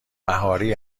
بهاری